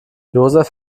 josef